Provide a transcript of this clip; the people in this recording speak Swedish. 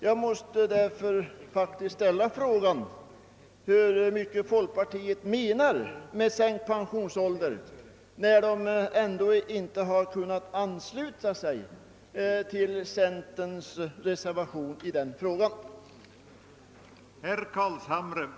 Jag måste faktiskt fråga hur mycket folkpartiet anser att man skall sänka pensionsåldern när dess ledamöter inte kunnat ställa sig bakom centerns reservation om sänkning till 65 år.